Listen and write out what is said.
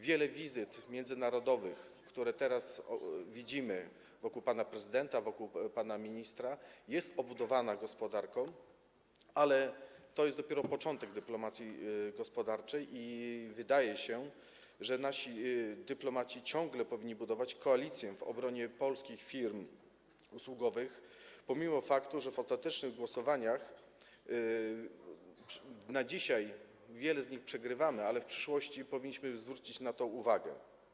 Wiele wizyt międzynarodowych, które teraz widzimy wokół pana prezydenta, wokół pana ministra, jest obudowanych gospodarką, ale to jest dopiero początek dyplomacji gospodarczej i wydaje się, że nasi dyplomaci ciągle powinni budować koalicję w obronie polskich firm usługowych pomimo faktu, że w ostatecznych głosowaniach dzisiaj wiele z nich przegrywamy, ale w przyszłości powinniśmy zwrócić na to uwagę.